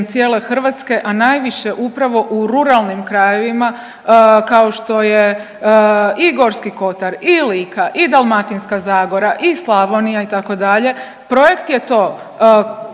Hrvatske, a najviše upravo u ruralnim krajevima kao što je i Gorski kotar i Lika i Dalmatinska zagora i Slavonija itd., projekt je to